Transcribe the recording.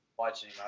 watching